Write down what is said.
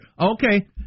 Okay